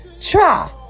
try